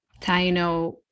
Taino